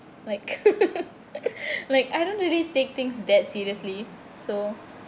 like like I don't really take things that seriously so